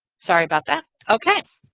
sorry about that. okay.